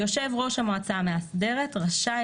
(ב) "יושב ראש המועצה המאסדרת רשאי